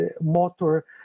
motor